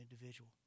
individual